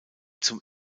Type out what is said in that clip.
zum